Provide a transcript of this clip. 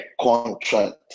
contract